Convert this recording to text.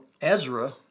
Ezra